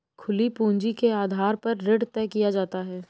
खुली पूंजी के आधार पर ऋण तय किया जाता है